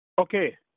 Okay